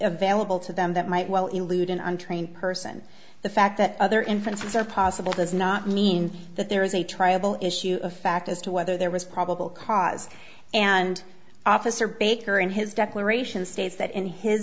a valuable to them that might well elude an untrained person the fact that other inferences are possible does not mean that there is a triable issue of fact as to whether there was probable cause and officer baker in his declaration states that in his